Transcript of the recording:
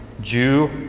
Jew